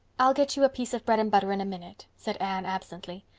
i'll get you a piece of bread and butter in a minute, said anne absently.